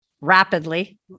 rapidly